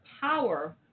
power